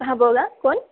हां बोला कोण